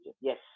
yes